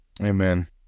Amen